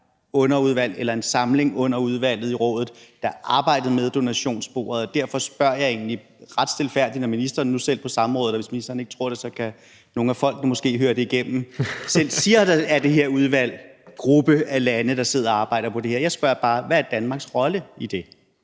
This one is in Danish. underudvalg eller en samling under udvalget i Rådet, der arbejdede med donationssporet. Derfor spørger jeg egentlig ret stilfærdigt, når ministeren nu selv sagde det på samrådet. Og hvis ministeren ikke tror det, kan nogle af folkene måske høre det igennem. Han siger, at der er det her udvalg eller den her gruppe af lande, der sidder og arbejder på det her. Jeg spørger bare: Hvad er Danmarks rolle i det?